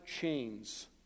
chains